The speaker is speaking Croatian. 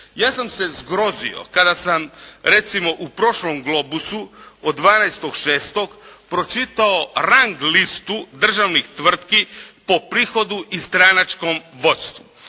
Ja sam se zgrozio kada sam recimo u prošlom Globusu od 12.6. pročitao rang listu državnih tvrtki po prihodu i stranačkom vodstvu.